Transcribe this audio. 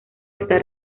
está